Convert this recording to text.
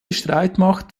streitmacht